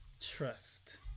trust